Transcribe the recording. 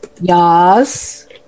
Yes